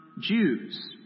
Jews